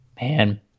Man